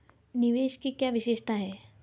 निवेश की क्या विशेषता है?